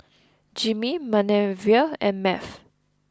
Jimmie Manervia and Math